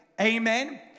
Amen